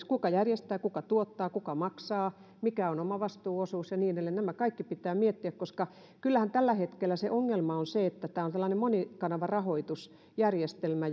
kuka järjestää kuka tuottaa kuka maksaa mikä on omavastuuosuus ja niin edelleen nämä kaikki pitää miettiä koska kyllähän tällä hetkellä se ongelma on se että tämä on sellainen monikanavarahoitusjärjestelmä